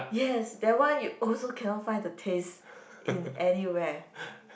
yes that one you also cannot find the taste in anywhere